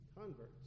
converts